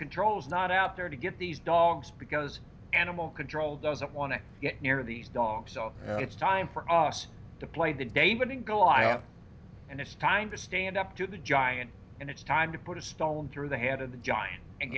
control is not out there to get these dogs because animal control doesn't want to get near these dogs so it's time for us to play the david and goliath and it's time to stand up to the giant and it's time to put a stone through the head of the giant and